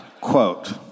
Quote